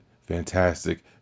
fantastic